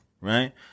right